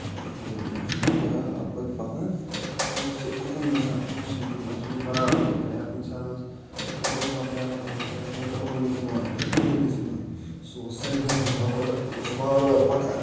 تیوٗتاہ چھُ فٲیدٕ یِوان سُہ اوس بَرابد پَکان نہٕ اوس سُہ اُکُن گژھان نہٕ اوس سُہ یُکُن سُہ اوس بَرابد پَکان یا کُنہِ ساتہٕ اوس اورٕ یِوان بیٛاکھ گُر یا سایکَل وول اوس یِوان یا گٲڑۍ ٲس یِوان سُہ اوس سایڈَس بیٚہوان گۄڈٕ اوس سُہ وارٕ وارٕ پَکان